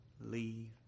leave